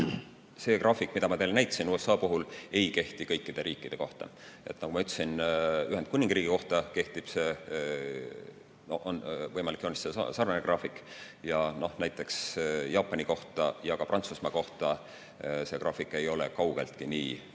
See graafik, mida ma teile näitasin, USA puhul, ei kehti kõikide riikide kohta. Nagu ma ütlesin, Ühendkuningriigi kohta on võimalik joonistada sarnane graafik, aga näiteks Jaapani kohta ja ka Prantsusmaa kohta see graafik ei ole kaugeltki nii